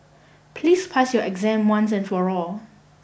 please pass your exam once and for all